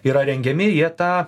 yra rengiami jie tą